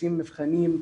עושים מבחנים,